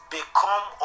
Become